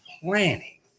planning